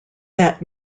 that